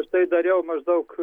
aš tai dariau maždaug